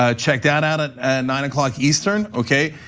ah check that out at nine o'clock eastern, okay.